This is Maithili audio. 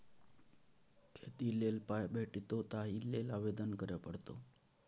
खेती लेल पाय भेटितौ ताहि लेल आवेदन करय पड़तौ